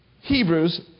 Hebrews